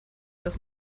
das